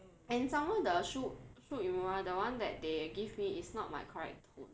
and some more the shu~ Shu Uemura the one that they give me is not my correct tone